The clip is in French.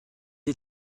est